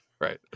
Right